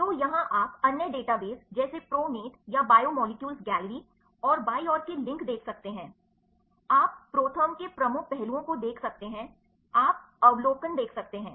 तो यहाँ आप अन्य डेटाबेस जैसे pronate या biomolecules गैलरी और बाईं ओर के लिंक देख सकते हैं आप ProTherm के प्रमुख पहलुओं को देख सकते हैं आप अवलोकन देख सकते हैं